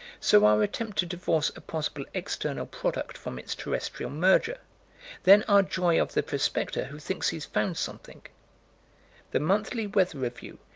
so our attempt to divorce a possible external product from its terrestrial merger then our joy of the prospector who thinks he's found something the monthly weather review,